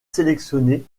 sélectionné